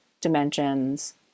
dimensions